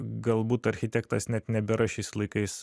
galbūt architektas net nebėra šiais laikais